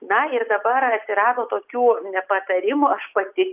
na ir dabar atsirado tokių nepatarimų aš pati